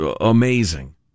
amazing